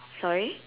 sorry